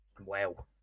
Wow